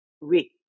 oui